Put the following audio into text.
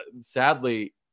sadly